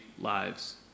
lives